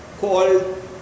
called